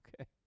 Okay